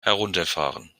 herunterfahren